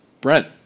Brent